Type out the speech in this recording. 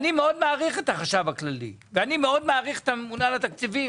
מעריך את החשב הכללי ואת הממונה על התקציבים,